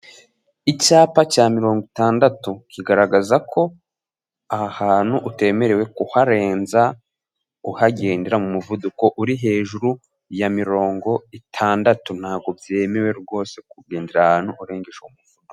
Icyapa cya mirongo itandatu. Kigaragaza ko aha hantu utemerewe kuharenza uhagendera mu muvuduko uri hejuru ya mirongo itandatu. Ntabwo byemewe rwose kugendera ahantu urengeje umuvuduko.